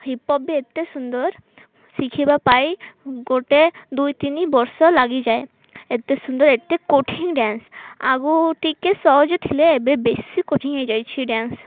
hip hop ବି ଏତେ ସୁନ୍ଦର ଶିଖିବା ପାଇଁ ଗୋଟେ ଦୁଇ ତିନି ବର୍ଷ ଲାଗିଯାଏ ଏତେ ସୁନ୍ଦର ଏତେ କଠିନ ଡ୍ୟାନ୍ସ ଆଗକୁ ଟିକେ ସହଜ ଥିଲେ ଏବେ ବେଶୀ କଠିନ ହେଇଯାଇଛି ଡ୍ୟାନ୍ସ